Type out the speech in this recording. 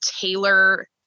tailor